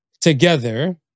together